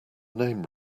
name